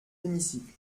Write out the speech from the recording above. hémicycle